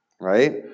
right